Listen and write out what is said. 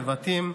נבטים,